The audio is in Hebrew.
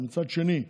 ומצד שני,